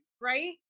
right